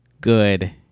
good